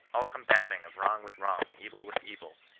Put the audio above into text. all combating of wrong with wrong, evil with evil,